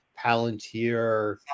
Palantir